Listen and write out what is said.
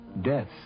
death